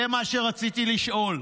זה מה שרציתי לשאול.